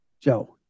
Joe